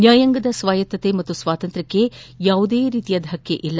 ನ್ಕಾಯಾಂಗದ ಸ್ವಾಯತ್ತತೆ ಮತ್ತು ಸ್ವಾತಂತ್ರ್ಯಕ್ಕೆ ಯಾವುದೇ ರೀತಿಯ ಧಕ್ಕೆ ಇಲ್ಲ